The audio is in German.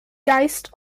geist